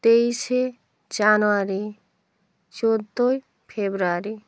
তেইশে জানুয়ারি চোদ্দোই ফেব্রুয়ারি